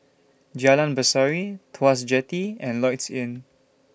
Jalan Berseri Tuas Jetty and Lloyds Inn